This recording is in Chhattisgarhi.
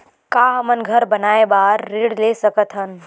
का हमन घर बनाए बार ऋण ले सकत हन?